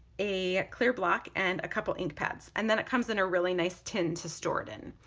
a clear block and a couple ink pads and then it comes in a really nice tin to store it in.